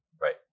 Right